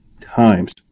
times